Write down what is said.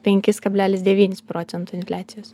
penkis kablelis devynis procento infliacijos